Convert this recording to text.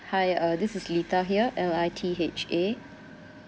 hi uh this is litha here L I T H A